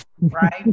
Right